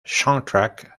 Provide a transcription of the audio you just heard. soundtrack